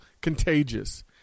contagious